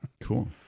Cool